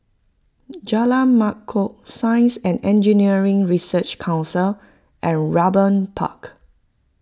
Jalan Mangkok Science and Engineering Research Council and Raeburn Park